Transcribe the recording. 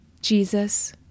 Jesus